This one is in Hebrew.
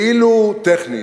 כאילו טכנית.